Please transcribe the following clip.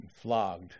flogged